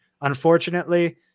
unfortunately